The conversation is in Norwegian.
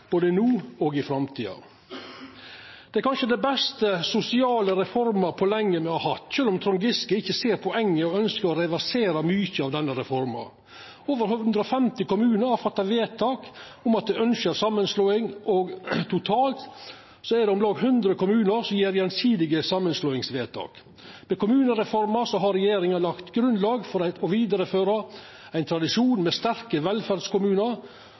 både no og i framtida. Det er kanskje den beste sosiale reforma me har hatt på lenge, sjølv om Trond Giske ikkje ser poenget og ønskjer å reversera mykje av denne reforma. Over 150 kommunar har fatta vedtak om at dei ønskjer samanslåing, og totalt er det om lag 100 kommunar som gjer gjensidige samanslåingsvedtak. Med kommunereforma har regjeringa lagt eit grunnlag for å vidareføra ein tradisjon med sterke velferdskommunar,